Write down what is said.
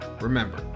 remember